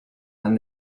and